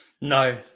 No